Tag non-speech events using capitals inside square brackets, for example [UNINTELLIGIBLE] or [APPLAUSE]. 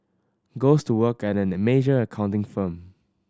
goes to work at [UNINTELLIGIBLE] a major accounting firm